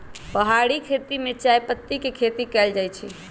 पहारि खेती में चायपत्ती के खेती कएल जाइ छै